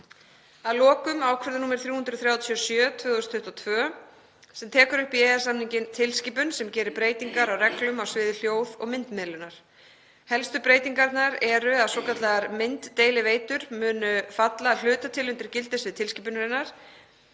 Að lokum er það ákvörðun nr. 337/2022, sem tekur upp í EES-samninginn tilskipun sem gerir breytingar á reglum á sviði hljóð- og myndmiðlunar. Helstu breytingarnar eru að svokallaðar mynddeiliveitur munu falla að hluta til undir gildissvið tilskipunarinnar.